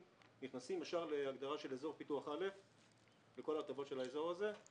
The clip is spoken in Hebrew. נכנסים ישר להגדרה של אזור פיתוח א' עם כל ההטבות של האזור הזה,